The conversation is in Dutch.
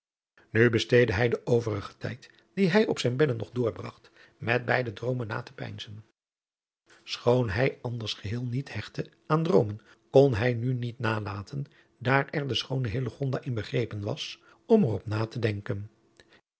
nu besteedde hij den overigen tijd dien hij op zijn bedde nog doorbragt met beide droomen na te peinzen schoon hij anders geheel niet hechtte aan droomen kon nij nu niet nalaten daar er de schoone hillegonda in begrepen was om er op na te denken